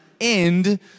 end